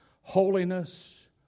holiness